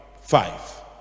five